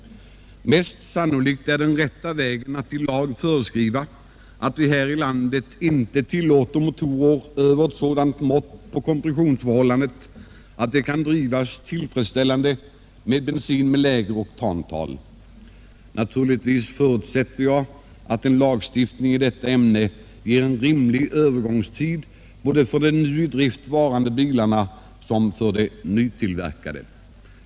Mest sannolikt är den rätta vägen att i lag föreskriva att vi här i landet inte tillåter motorer över ett sådant mått på kompressionsförhållandet att de kan drivas tillfredsställande med bensin med lägre oktantal. Naturligtvis förutsätter jag att en lagstiftning i detta ämne ger en rimlig övergångstid både för de nu i drift varande bilarna och för de nytillverkade.